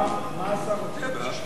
מה השר רוצה?